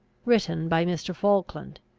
written by mr. falkland,